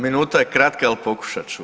Minuta je kratka, ali pokušat ću.